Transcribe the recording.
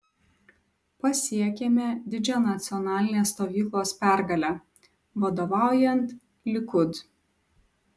pasiekėme didžią nacionalinės stovyklos pergalę vadovaujant likud